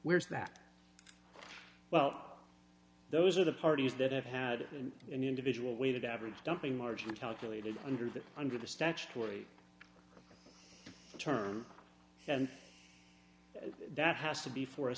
where is that well those are the parties that have had an individual weighted average dumping margin calculated under the under the statutory term and that has to be for a